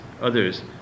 others